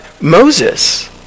Moses